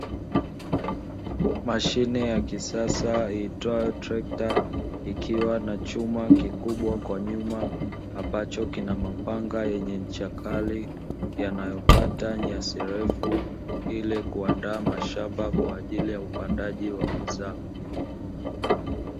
Mashine ya kisasa iitwayo trekta, ikiwa na chuma kikubwa kwa nyuma ambacho kina mapanga yenye ncha kali, yanayokata nyasi refu ili kuandaa mashamba kwa ajili ya upandaji wa mazao.